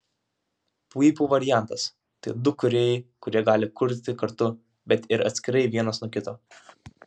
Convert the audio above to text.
puipų variantas tai du kūrėjai kurie gali kurti kartu bet ir atskirai vienas nuo kito